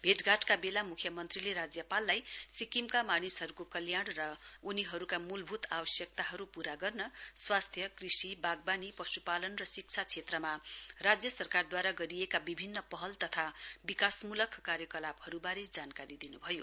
भेटघाटको बेला मुख्यमन्त्रीले राज्यपाललाई सिक्किमका मानिसहरूको कल्याण र उनीहरूका मूलभूत आवश्यकताहरू पूरा गर्न स्वास्थ्य कृषि बागवानी पश्पालन शिक्षा क्षेत्रमा राज्य सरकारद्वारा गरिएका विभिन्न पहल तथा विकासमूलक कार्यकलापहरूबारे जानकारी दिनुभयो